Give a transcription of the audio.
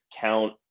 count